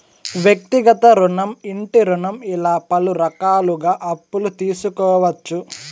వ్యక్తిగత రుణం ఇంటి రుణం ఇలా పలు రకాలుగా అప్పులు తీసుకోవచ్చు